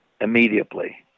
immediately